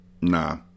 Nah